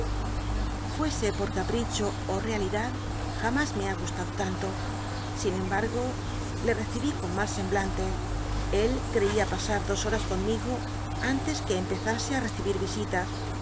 fuese por capricho ó realidad jamas me ha gustado tanto sin embargo le recibí con mal semblante él creía pasar dos horas conmigo antes que empezase á recibir visitas